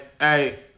Hey